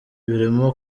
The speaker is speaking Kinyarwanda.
birimo